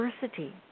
diversity